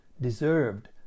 deserved